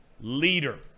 Leader